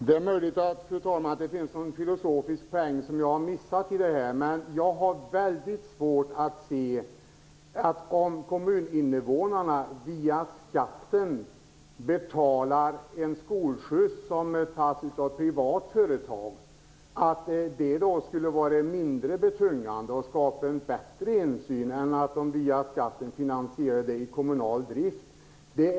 Fru talman! Det är möjligt att det finns någon filosofisk poäng som jag har missat i detta. Jag har väldigt svårt att se att det skulle vara mindre betungande och att det skulle skapa bättre insyn om kommuninvånarna via skatten betalade en skolskjuts som sköttes av ett privat företag än om verksamheten via skatten finansierades i kommunal drift.